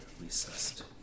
recessed